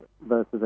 versus